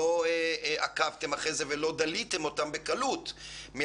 לא עקבתם אחרי הדברים ולא דליתן אותן בקלות מהמקורות,